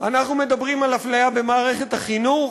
אנחנו מדברים על אפליה במערכת החינוך,